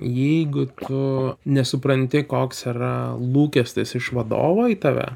jeigu tu nesupranti koks yra lūkestis iš vadovo į tave